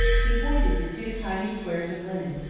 he pointed to two tiny squares of linen,